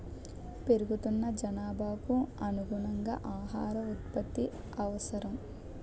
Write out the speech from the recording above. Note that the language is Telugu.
పెరుగుతున్న జనాభాకు అనుగుణంగా ఆహార ఉత్పత్తి అవసరం